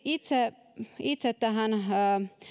itse itse tähän